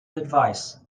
advice